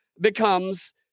becomes